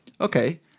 Okay